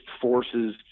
forces